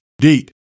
date